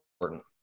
important